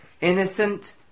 innocent